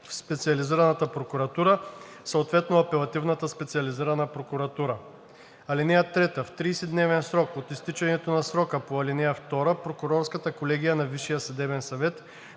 в Специализираната прокуратура, съответно Апелативната специализирана прокуратура. (3) В 30-дневен срок от изтичането на срока по ал. 2 Прокурорската колегия на